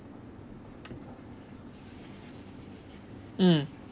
mm